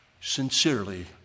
Sincerely